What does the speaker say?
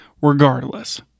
Regardless